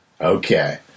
Okay